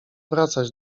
wracać